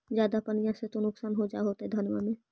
ज्यादा पनिया से तो नुक्सान हो जा होतो धनमा में?